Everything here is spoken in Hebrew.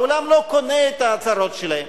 העולם לא קונה את ההצהרות שלהם.